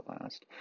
last